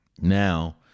Now